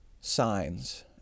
signs